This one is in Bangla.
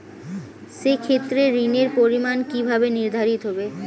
সে ক্ষেত্রে ঋণের পরিমাণ কিভাবে নির্ধারিত হবে?